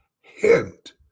hint